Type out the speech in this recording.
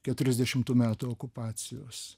keturiasdešimtų metų okupacijos